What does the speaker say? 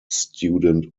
student